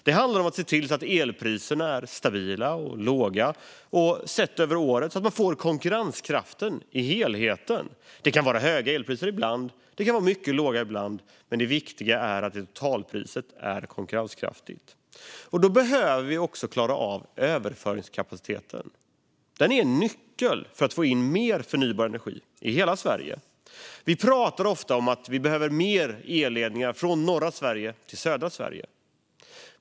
Det handlar om att se till att elpriserna är stabila och låga sett över året för att få konkurrenskraft i helheten. Elpriserna kan vara höga ibland och mycket låga ibland, men det viktiga är att totalpriset är konkurrenskraftigt. Då behöver vi också klara av överföringskapaciteten. Den är en nyckel för att få in mer förnybar energi i hela Sverige. Vi pratar ofta om att vi behöver mer elledningar från norra Sverige till södra Sverige.